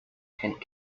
pent